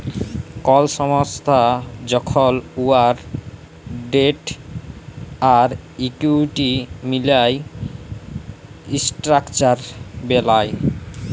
call সংস্থা যখল উয়ার ডেট আর ইকুইটি মিলায় ইসট্রাকচার বেলায়